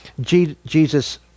Jesus